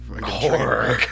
horror